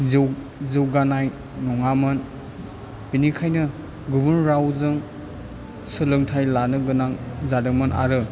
जौ जौगानाय नङामोन बेनिखायनो गुबुन रावजों सोलोंथाइ लानो गोनां जादोंमोन आरो